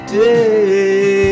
day